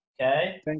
Okay